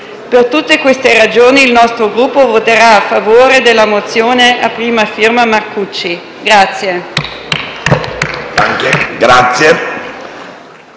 Per tutte queste ragioni il nostro Gruppo voterà a favore della mozione a prima firma Marcucci.